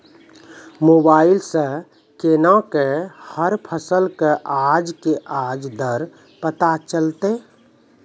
Mobile सऽ केना कऽ हर फसल कऽ आज के आज दर पता चलतै?